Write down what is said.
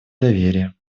доверие